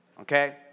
okay